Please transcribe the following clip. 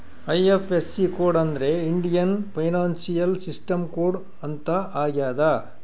IFSC code ಅಂದ್ರೆ Indian financial system code ಅಂತ ಆಗ್ಯದ